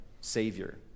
Savior